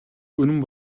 үнэн